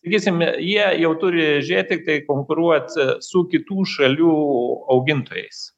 sakysim jie jau turi žiūrėt tiktai konkuruot su kitų šalių augintojais